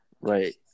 right